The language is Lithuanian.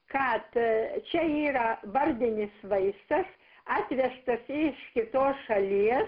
kad čia yra vardinis vaistas atvežtas iš kitos šalie